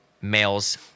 male's